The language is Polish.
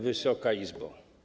Wysoka Izbo!